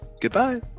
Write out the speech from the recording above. Goodbye